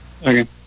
Okay